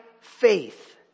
faith